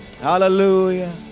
Hallelujah